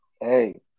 Hey